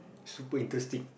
super interesting